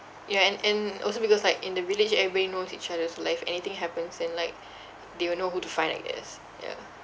ya and and also because like in the village everybody knows each other's life anything happens and like they will know who to find I guess yeah